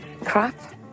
crap